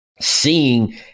seeing